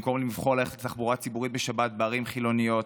במקום לבחור ללכת לתחבורה ציבורית בשבת בערים חילוניות,